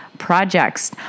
Projects